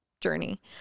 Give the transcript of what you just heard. journey